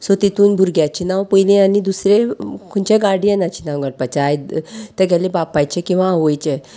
so तितून भुरग्याचें नांव पयलीं आनी दुसरें खंयच्या गार्डियनाचें नांव घडपाचें आयद तेगेलें बापायचें किंवां आवयचें